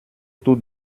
tout